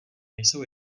nejsou